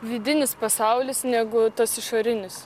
vidinis pasaulis negu tas išorinis